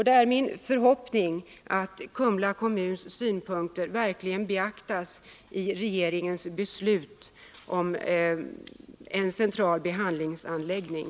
Det är min förhoppning att Kumla kommuns synpunkter verkligen beaktas vid regeringens beslut om en central behandlingsanläggning.